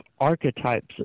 archetypes